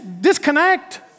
disconnect